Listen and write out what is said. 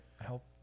help